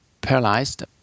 paralyzed